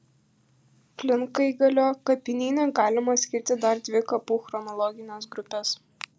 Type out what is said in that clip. plinkaigalio kapinyne galima skirti dar dvi kapų chronologines grupes